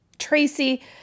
Tracy